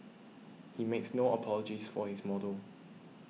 he makes no apologies for his model